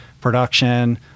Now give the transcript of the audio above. production